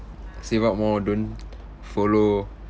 save up more don't follow